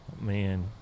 Man